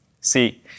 See